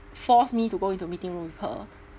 force me to go into meeting room with her